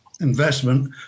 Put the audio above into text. investment